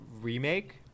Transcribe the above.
remake